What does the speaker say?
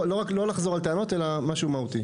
רק לא לחזור על הטענות, אלא משהו מהותי.